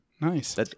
Nice